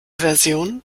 version